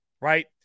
right